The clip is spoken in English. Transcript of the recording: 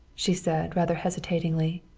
she said rather hesitatingly.